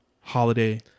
holiday